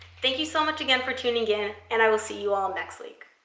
thank you so much again for tuning in, and i will see you all next week.